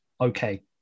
okay